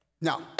Now